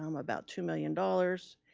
um about two million dollars.